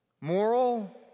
moral